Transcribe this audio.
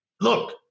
look